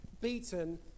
beaten